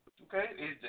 Okay